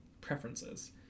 preferences